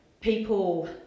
people